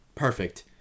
Perfect